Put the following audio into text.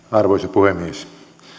arvoisa puhemies